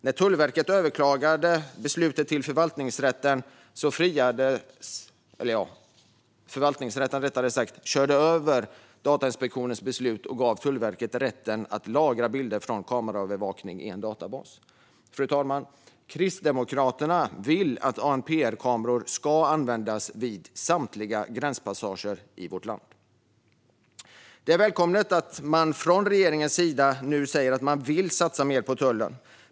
När Tullverket överklagade beslutet till förvaltningsrätten körde förvaltningsrätten över Datainspektionens beslut och gav Tullverket rätten att lagra bilder från kameraövervakning i en databas. Fru talman! Kristdemokraterna vill att ANPR-kameror ska användas vid samtliga gränspassager i vårt land. Det är välkommet att man från regeringens sida nu säger att man vill satsa mer på tullen.